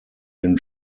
den